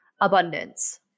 abundance